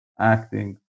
Acting